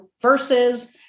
verses